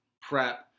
prep